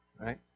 right